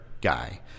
guy